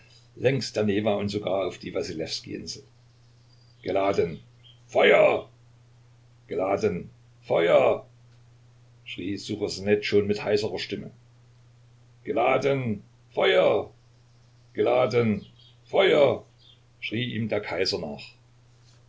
längs der newa und sogar auf die wassiljewskij insel geladen feuer geladen feuer schrie ssuchosanet mit schon heiserer stimme geladen feuer geladen feuer schrie ihm der kaiser nach